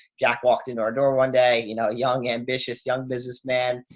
jack walked into our door one day, you know, a young, ambitious young businessman.